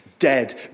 dead